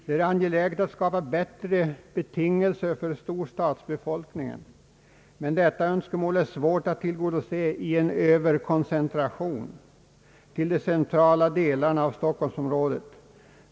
Det är angeläget att skapa bättre miljöbetingelser för storstadsbefolkningen, men detta önskemål är svårt att tillgodose i en överkoncentration till de centrala delarna av stockholmsområdet.